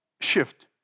shift